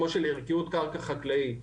כמו של ערכיות קרקע חקלאית,